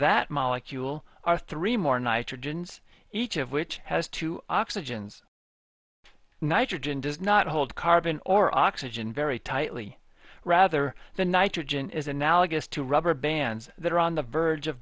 that molecule are three more nitrogen each of which has two oxygens nitrogen does not hold carbon or oxygen very tightly rather the nitrogen is analogous to rubber bands that are on the verge of